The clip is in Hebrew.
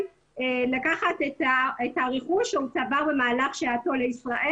לקחת את הרכוש שהוא צבר במהלך שהותו בישראל.